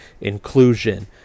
inclusion